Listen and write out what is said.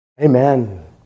Amen